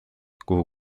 kuhu